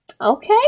okay